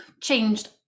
changed